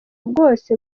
bwose